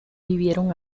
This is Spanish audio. vivieron